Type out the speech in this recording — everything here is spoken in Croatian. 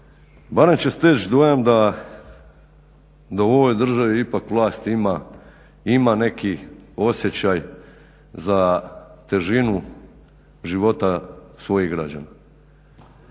barem će steći dojam da u ovoj državi ipak vlast ima neki osjećaj za težinu života svojih građana.